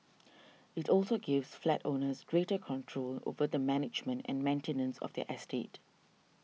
it also gives flat owners greater control over the management and maintenance of their estate